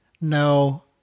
No